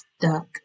stuck